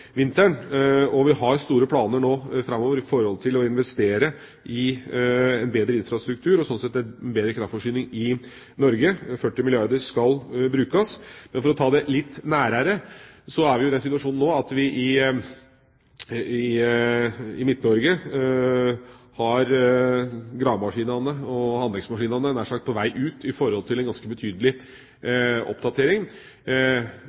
vinteren. Vi har store planer framover for investeringer i bedre infrastruktur og sånn sett for en bedre kraftforsyning i Norge. 40 milliarder kr skal brukes. Men for å ta det som ligger litt nærmere, så er vi i den situasjonen nå at i Midt-Norge er gravemaskinene og anleggsmaskinene nær sagt på vei ut for å foreta en ganske betydelig